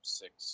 six